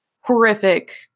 horrific